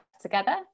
together